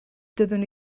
doeddwn